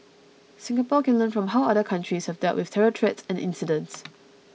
Singapore can learn from how other countries have dealt with terror threats and incidents